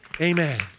Amen